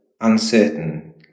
uncertain